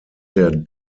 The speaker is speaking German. der